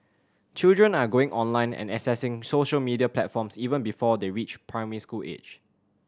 children are going online and accessing social media platforms even before they reach primary school age